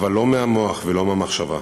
אבל לא מהמוח ולא מהמחשבה.